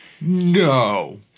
No